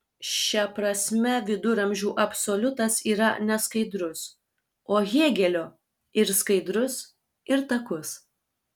šia prasme viduramžių absoliutas yra neskaidrus o hėgelio ir skaidrus ir takus